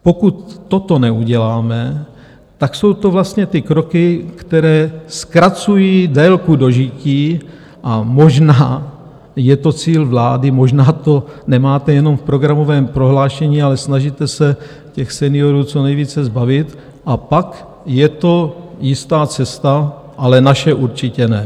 Pokud toto neuděláme, tak jsou to vlastně ty kroky, které zkracují délku dožití, a možná je to cíl vlády, možná to nemáte jenom v programovém prohlášení, ale snažíte se těch seniorů nejvíce zbavit, a pak je to jistá cesta, ale naše určitě ne.